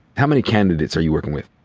how many candidates are you working with?